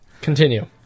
continue